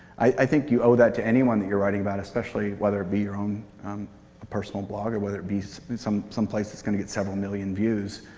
i think you owe that to anyone that you're writing about, especially whether be your own personal blog or whether it be some someplace it's going to get several million views.